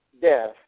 death